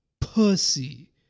pussy